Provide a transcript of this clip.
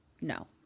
no